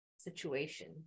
Situation